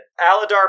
Aladar